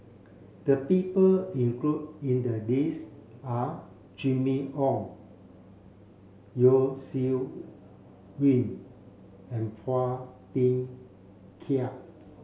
the people included in the list are Jimmy Ong Yeo Shih Yun and Phua Thin Kiay